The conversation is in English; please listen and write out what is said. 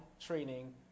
training